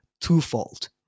twofold